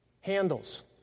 Handles